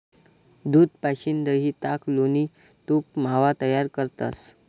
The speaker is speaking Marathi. दूध पाशीन दही, ताक, लोणी, तूप, मावा तयार करतंस